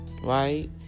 right